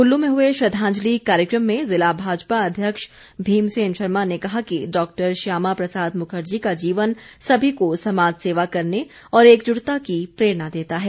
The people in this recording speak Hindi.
कुल्लू में हुए श्रद्वांजलि कार्यक्रम में ज़िला भाजपा अध्यक्ष भीमसेन शर्मा ने कहा कि डॉ श्यामा प्रसाद मुखर्जी का जीवन सभी को समाज सेवा करने और एकजुटता की प्रेरणा देता है